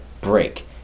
break